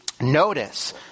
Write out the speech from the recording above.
notice